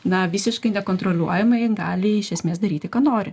na visiškai nekontroliuojama jin gali iš esmės daryti ką nori